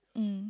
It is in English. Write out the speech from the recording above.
mm